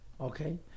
Okay